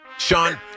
Sean